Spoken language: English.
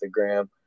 Instagram